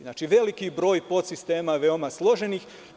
Znači, veliki broj podsistema veoma složenih.